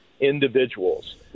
individuals